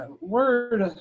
word